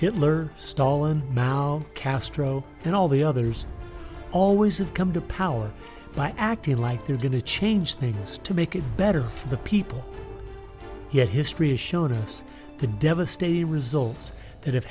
hitler stalin mao castro and all the others always have come to power by acting like they're going to change things to make it better for the people yet history has shown us the devastating results that have